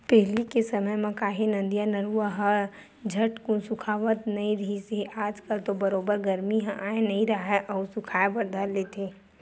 पहिली के समे म काहे नदिया, नरूवा ह झटकून सुखावत नइ रिहिस हे आज कल तो बरोबर गरमी ह आय नइ राहय अउ सुखाय बर धर लेथे